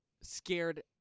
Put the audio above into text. scared